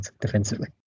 defensively